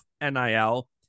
NIL